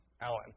Alan